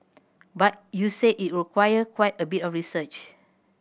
but you said it require quite a bit of research